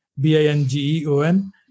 B-I-N-G-E-O-N